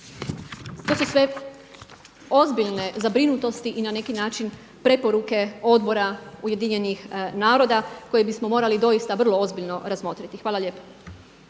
To su sve ozbiljne zabrinutosti i na neki način preporuke odbora UN-a koje bismo morali doista vrlo ozbiljno razmotriti. Hvala lijepo.